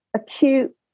acute